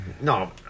No